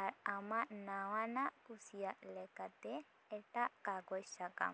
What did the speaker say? ᱟᱨ ᱟᱢᱟᱜ ᱱᱟᱣᱟᱱᱟᱜ ᱠᱩᱥᱤ ᱞᱮᱠᱟᱛᱮ ᱮᱴᱟᱜ ᱠᱟᱜᱚᱡᱽ ᱥᱟᱠᱟᱢ